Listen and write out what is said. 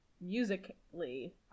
musically